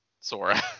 Sora